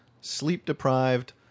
sleep-deprived